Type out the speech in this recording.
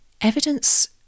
Evidence